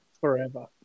forever